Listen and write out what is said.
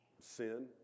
sin